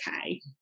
okay